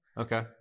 Okay